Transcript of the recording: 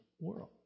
world